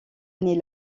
année